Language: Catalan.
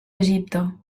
egipte